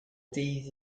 ddydd